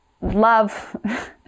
love